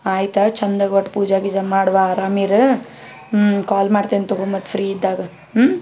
ಆಯ್ತು ಆಯ್ತು ಚೆಂದ ಕೊಟ್ಟು ಪೂಜೆ ಗೀಜ ಮಾಡಿ ಬಾ ಆರಾಮ್ ಇರು ಕಾಲ್ ಮಾಡ್ತೀನಿ ತಗೊ ಮತ್ತೆ ಫ್ರೀ ಇದ್ದಾಗ ಹ್ಞೂ